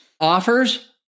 offers